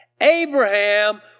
Abraham